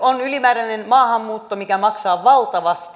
on ylimääräinen maahanmuutto mikä maksaa valtavasti